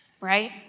right